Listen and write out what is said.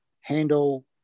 handle